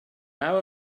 hour